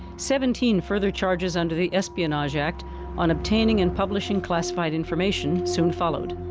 seventeen further charges under the espionage act on obtaining and publishing classified information soon followed.